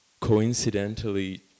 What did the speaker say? coincidentally